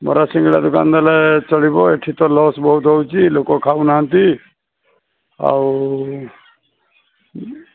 ବରା ସିଙ୍ଗଡ଼ା ଦୋକାନ ଦେଲେ ଚଳିବ ଏଠି ତ ଲସ୍ ବହୁତ ହେଉଛି ଲୋକ ଖାଉନାହାନ୍ତି ଆଉ